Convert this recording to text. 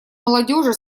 молодежи